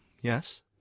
Yes